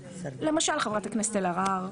למשל חברת הכנסת קארין אלהרר.